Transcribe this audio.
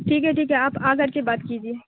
ٹھیک ہے ٹھیک ہے آپ آ کر کے بات کیجیے